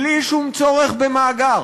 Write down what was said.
בלי שום צורך במאגר,